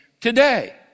today